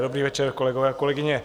Dobrý večer, kolegové, kolegyně.